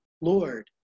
Lord